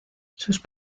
sus